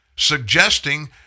suggesting